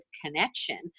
connection